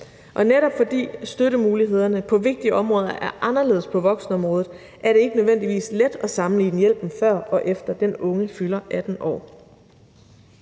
Og netop fordi støttemulighederne på vigtige områder er anderledes på voksenområdet, er det ikke nødvendigvis let at sammenligne hjælpen, før og efter den unge fylder 18 år.